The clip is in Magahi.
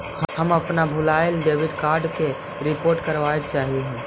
हम अपन भूलायल डेबिट कार्ड के रिपोर्ट करावल चाह ही